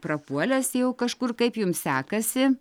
prapuolęs jau kažkur kaip jum sekasi